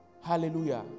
Hallelujah